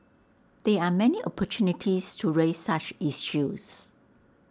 there are many opportunities to raise such issues